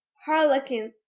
harlequin,